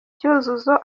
cyuzuzo